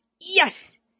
Yes